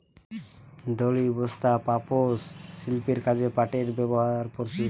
দড়ি, বস্তা, পাপোষ, শিল্পের কাজে পাটের ব্যবহার প্রচুর